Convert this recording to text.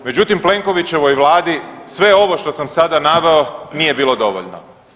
Međutim, Plenkovićevoj vladi sve ovo što sam sada naveo nije bilo dovoljno.